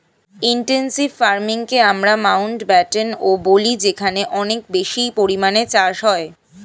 intensive ফার্মিংকে আমরা মাউন্টব্যাটেনও বলি যেখানে অনেক বেশি পরিমাণে চাষ হয়